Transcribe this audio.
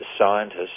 scientists